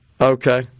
Okay